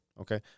Okay